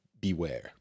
beware